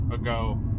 ago